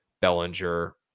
Bellinger